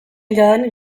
jadanik